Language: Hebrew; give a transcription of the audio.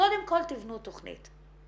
שקודם כל תבנו תכנית,